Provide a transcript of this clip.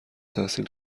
تحصیل